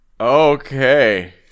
Okay